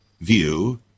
view